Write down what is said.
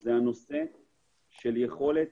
הוא יכולת